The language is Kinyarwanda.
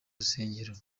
rusengero